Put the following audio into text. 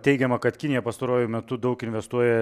teigiama kad kinija pastaruoju metu daug investuoja